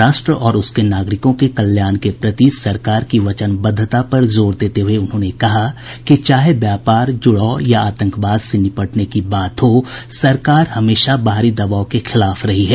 राष्ट्र और उसके नागरिकों के कल्याण के प्रति सरकार की वचनबद्धता पर जोर देते हुये उन्होंने कहा कि चाहे व्यापार जुडाव या आतंकवाद से निपटने की बात हो सरकार हमेशा बाहरी दबाव के खिलाफ रही है